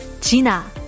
Gina